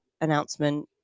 announcement